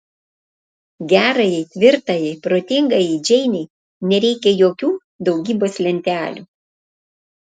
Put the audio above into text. gerajai tvirtajai protingajai džeinei nereikia jokių daugybos lentelių